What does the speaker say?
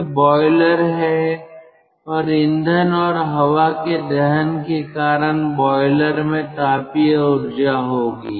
यह बॉयलर है और ईंधन और हवा के दहन के कारण बॉयलर में तापीय ऊर्जा होगी